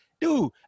dude